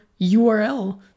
URL